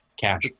cash